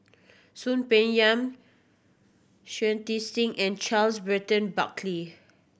Soon Peng Yam Shui Tit Sing and Charles Burton Buckley